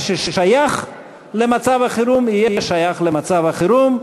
מה ששייך למצב החירום יהיה שייך למצב החירום,